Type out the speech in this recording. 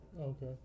Okay